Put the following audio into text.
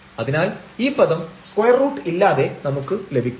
അതിനാൽ ഈ പദം സ്ക്വയർ റൂട്ട് ഇല്ലാതെ നമുക്ക് ലഭിക്കും